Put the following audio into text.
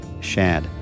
Shad